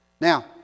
Now